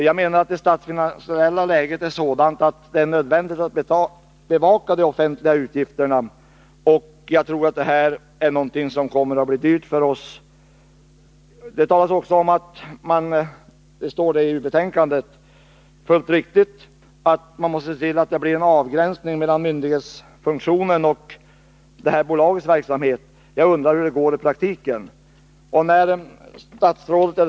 Jag menar att det statsfinansiella läget är sådant att det är nödvändigt att vi bevakar de offentliga utgifterna, och jag tror att regeringens förslag kommer att bli dyrt för oss. Det står också i betänkandet — och det är helt riktigt — att man måste se till att det blir en avgränsning mellan myndighetsfunktionen och det här bolagets verksamhet. Jag undrar hur detta skall gå till i praktiken.